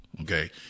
okay